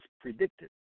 predicted